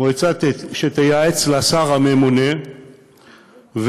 מועצה שתייעץ לשר הממונה ולשירות,